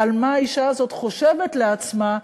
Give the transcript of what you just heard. מה האישה הזאת חושבת לעצמה,